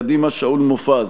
קדימה: שאול מופז.